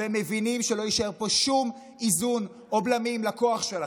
והם מבינים שלא יישאר פה שום איזון או בלמים לכוח שלכם.